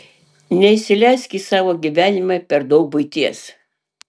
neįsileisk į savo gyvenimą per daug buities